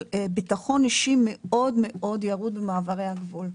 ביטחון אישי מאוד ירוד במעברי הגבול.